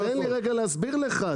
אבל תן לי רגע להסביר לך.